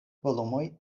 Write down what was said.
volumoj